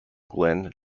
glenn